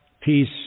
peace